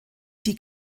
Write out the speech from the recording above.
die